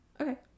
Okay